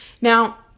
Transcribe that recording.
Now